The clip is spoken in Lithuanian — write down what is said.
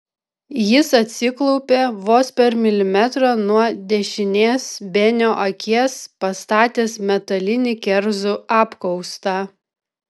jis atsiklaupė vos per milimetrą nuo dešinės benio akies pastatęs metalinį kerzų apkaustą